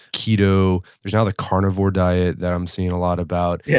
keto, there's now the carnivore diet that i'm seeing a lot about. yeah